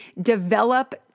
develop